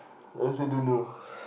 I also don't know